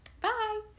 Bye